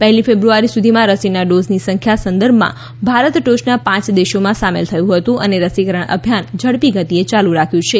પહેલી ફેબ્રુઆરી સુધીમાં રસીના ડોઝની સંખ્યા સંદર્ભમાં ભારત ટોચના પાંચ દેશોમાં સામેલ થયું હતું અને રસીકરણ અભિયાન ઝડપી ગતિએ યાલુ રાખ્યું છે